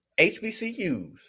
HBCUs